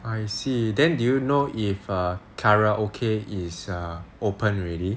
I see then do you know if err karaoke is err open already